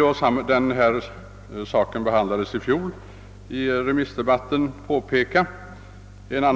Då denna sak behandlades i fjolårets remissdebatt tillät jag mig påpeka följande: